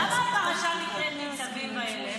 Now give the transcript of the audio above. למה הפרשה נקראת "ניצבים וילך"?